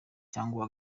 cyangwa